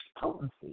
potency